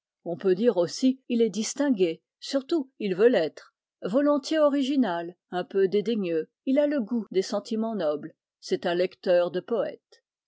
on peut dire aussi il est distingué surtout il veut l'être volontiers original un peu dédaigneux il a le goût des sentiments nobles c'est un lecteur de poètes